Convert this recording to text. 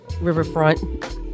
riverfront